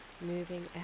moving